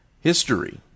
History